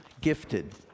gifted